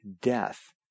Death